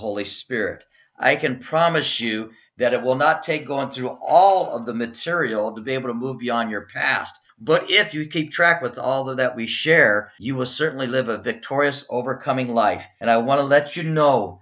holy spirit i can promise you that it will not take going through all of the material to be able to move beyond your past but if you keep track with all that we share you will certainly live a victorious overcoming life and i want to let you